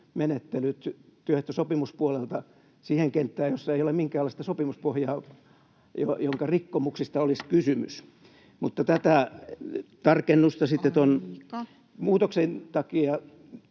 menettelyt työehtosopimuspuolelta siihen kenttään, jossa ei ole minkäänlaista sopimuspohjaa, jonka rikkomuksista olisi kysymys. Tätä tarkennusta sitten [Puhemies: Aika!]